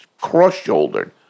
cross-shouldered